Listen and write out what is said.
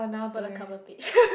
for the cover page